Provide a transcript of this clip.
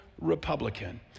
Republican